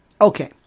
Okay